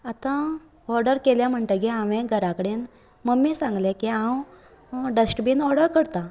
आता ऑर्डर केली म्हणटगीर हांवे घरा कडेन मम्मीक सांगले की हांव डस्टबीन ऑर्डर करता